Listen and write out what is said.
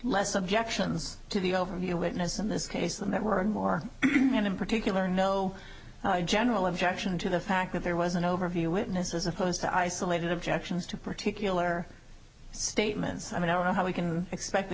less objections to the overview witness in this case and there were more and in particular no general objection to the fact that there was an overview witness as opposed to isolated objections to particular statements i mean i don't know how we can expect the